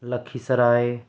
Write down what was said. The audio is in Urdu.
لکھی سرائے